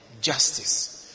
justice